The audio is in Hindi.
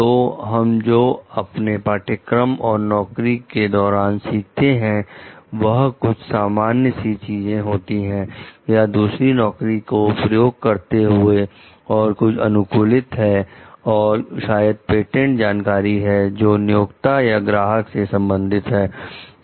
तो हम जो अपने पाठ्यक्रम और नौकरी के दौरान सीखते हैं वह कुछ सामान्य सी चीज होती है या दूसरी नौकरी को प्रयोग करते हुए और कुछ अनुकूलित है और शायद पेटेंट जानकारी है जो नियोक्ता या ग्राहक से संबंधित है